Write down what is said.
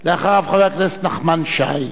לאחריו, חבר הכנסת נחמן שי.